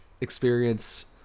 experience